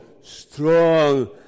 strong